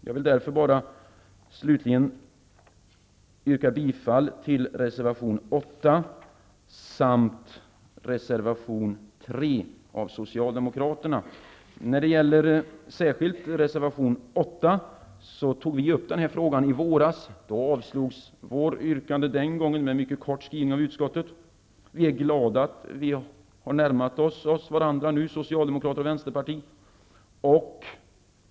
Jag vill yrka bifall till reservationerna 8 och 3 från Socialdemokraterna. Den fråga som tas upp i reservation 8 tog vi upp i våras. Den gången avslogs vårt yrkande med en mycket kort skrivning av utskottet. Vi är glada att Socialdemokraterna och Vänsterpartiet nu har närmat sig varandra.